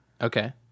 okay